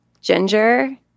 ginger